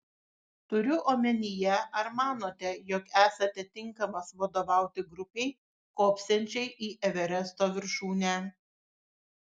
turiu omenyje ar manote jog esate tinkamas vadovauti grupei kopsiančiai į everesto viršūnę